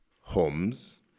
homes